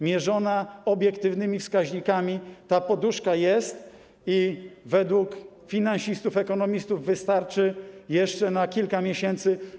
Mierzona obiektywnymi wskaźnikami - ta poduszka jest i według finansistów, ekonomistów wystarczy jeszcze na kilka miesięcy.